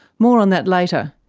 more on that later.